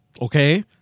Okay